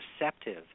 receptive